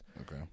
Okay